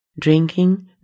Drinking